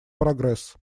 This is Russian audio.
прогресс